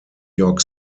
york